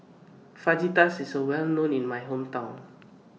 Fajitas IS Well known in My Hometown